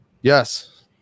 Yes